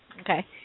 Okay